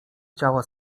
ciała